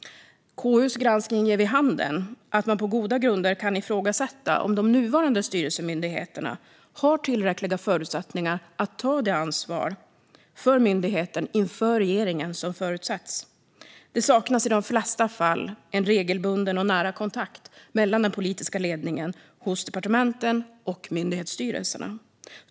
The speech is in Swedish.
KU:s granskning ger vid handen att man på goda grunder kan ifrågasätta om de nuvarande styrelsemyndigheterna har tillräckliga förutsättningar att ta det ansvar för myndigheten inför regeringen som förutsätts. Det saknas i de flesta fall en regelbunden och nära kontakt mellan den politiska ledningen hos departementen och myndighetsstyrelserna.